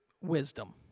wisdom